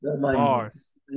Bars